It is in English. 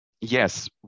yes